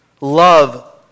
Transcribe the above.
love